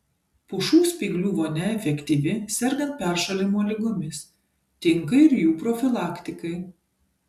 pušų spyglių vonia efektyvi sergant peršalimo ligomis tinka ir jų profilaktikai